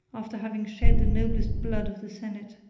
after having shed the noblest blood of the senate,